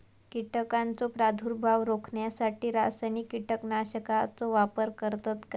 कीटकांचो प्रादुर्भाव रोखण्यासाठी रासायनिक कीटकनाशकाचो वापर करतत काय?